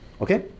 Okay